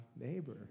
neighbor